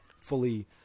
fully